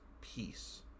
peace